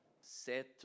set